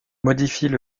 modifient